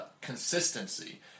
consistency